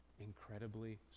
incredibly